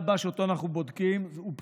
נא לקרוא בשמות חברי הכנסת.